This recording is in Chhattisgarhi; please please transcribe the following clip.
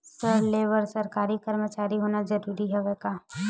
ऋण ले बर सरकारी कर्मचारी होना जरूरी हवय का?